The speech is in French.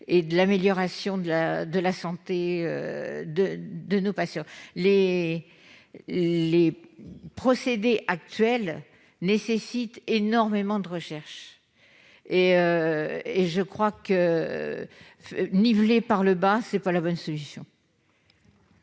et de l'amélioration de la santé de nos patients. Les procédés actuels nécessitent énormément de recherches. Selon moi, le nivellement par le bas n'est pas la bonne solution.